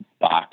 box